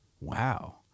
Wow